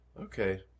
Okay